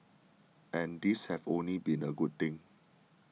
and these have only been a good thing